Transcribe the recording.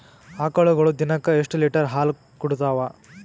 ಆಕಳುಗೊಳು ದಿನಕ್ಕ ಎಷ್ಟ ಲೀಟರ್ ಹಾಲ ಕುಡತಾವ?